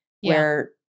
where-